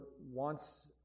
wants